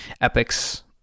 Epic's